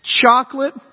chocolate